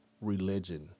religion